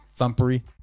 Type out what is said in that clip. thumpery